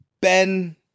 Ben